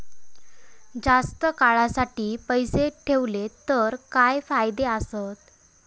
जास्त काळासाठी पैसे ठेवले तर काय फायदे आसत?